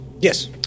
Yes